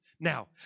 Now